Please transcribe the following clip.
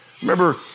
Remember